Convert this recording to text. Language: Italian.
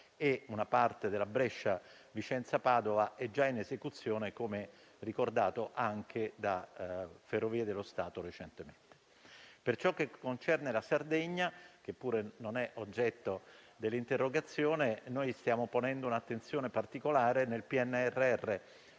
e una parte della Brescia-Vicenza-Padova è già in esecuzione, come ricordato recentemente anche da Ferrovie dello Stato. Per ciò che concerne la Sardegna, che pure non è oggetto dell'interrogazione, le stiamo prestando un'attenzione particolare nel PNRR;